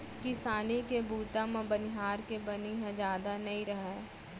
किसानी के बूता म बनिहार के बनी ह जादा नइ राहय